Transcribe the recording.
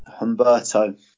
Humberto